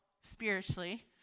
spiritually